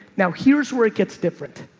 now here's where it gets different.